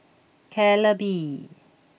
Calbee